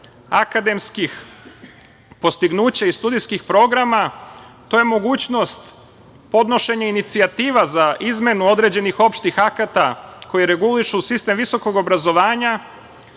akademskih postignuća i studentskih programa, to je mogućnost podnošenja inicijativa za izmenu određenih opštih akata koji regulišu sistem visokog obrazovanja,